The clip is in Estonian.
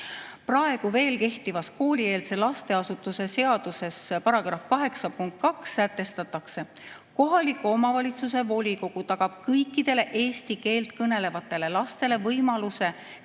Praegu veel kehtiva koolieelse lasteasutuse seaduse § 8 [lõikes] 2 sätestatakse: kohaliku omavalitsuse volikogu tagab kõikidele eesti keelt kõnelevatele lastele võimaluse käia